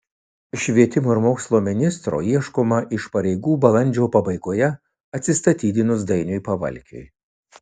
švietimo ir mokslo ministro ieškoma iš pareigų balandžio pabaigoje atsistatydinus dainiui pavalkiui